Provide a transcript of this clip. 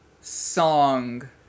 song